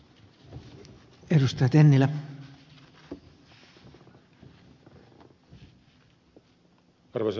arvoisa puhemies